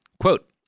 Quote